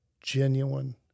genuine